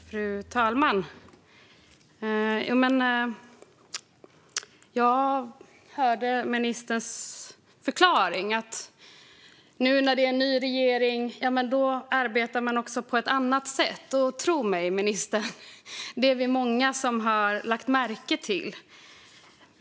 Fru talman! Jag hörde ministerns förklaring - nu när det är en ny regering arbetar man på ett annat sätt. Tro mig, ministern: Vi är många som har lagt märke till detta.